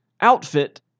outfit